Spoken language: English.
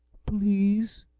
please?